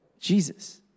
Jesus